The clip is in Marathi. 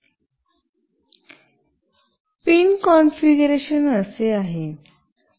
पिन कॉन्फिगरेशन असे आहे